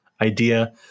idea